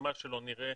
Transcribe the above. מה שלא נראה,